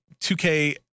2K